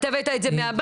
אתה הבאת את זה מהבית,